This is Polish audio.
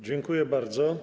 Dziękuję bardzo.